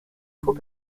faux